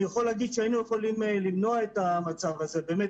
אני יכול להגיד שהיינו יכולים למנוע את המצב הזה באמת,